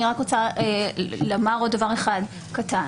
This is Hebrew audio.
אבל אני רוצה לומר עוד דבר אחד קטן.